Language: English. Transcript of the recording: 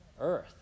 earth